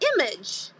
image